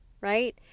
right